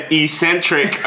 eccentric